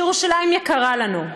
שירושלים יקרה לנו.